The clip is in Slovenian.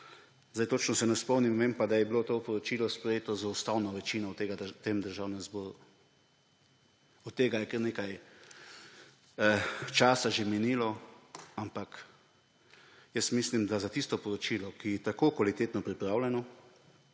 Zdaj se točno ne spomnim, vem pa, da je bilo to poročilo sprejeto z ustavno večino v Državnem zboru. Od tega je kar nekaj časa že minilo, ampak jaz mislim, da za tisto poročilo, ki je tako kvalitetno pripravljeno,